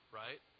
right